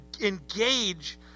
engage